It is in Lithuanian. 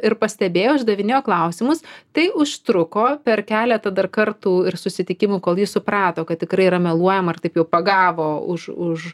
ir pastebėjo uždavinėjo klausimus tai užtruko per keletą dar kartų ir susitikimų kol ji suprato kad tikrai yra meluojama ir taip jau pagavo už už